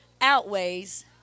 Outweighs